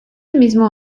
mismo